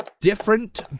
different